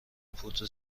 پودر